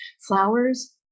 Flowers